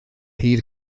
hyd